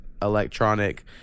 electronic